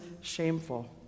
shameful